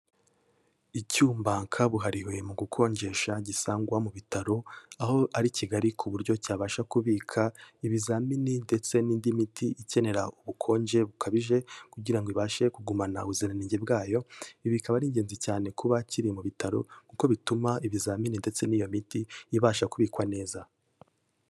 Icyumba kabuhariwe mu gukonjesha gisangwa mu bitaro, aho ari kigari ku buryo cyabasha kubika ibizamini ndetse n'indi miti ikenera ubukonje bukabije kugira ngo ibashe kugumana ubuziranenge bwayo, ibi bikaba ari ingenzi cyane kuba kiri mu bitaro kuko bituma ibizamini ndetse n'iyo miti ibasha kubikwa neza.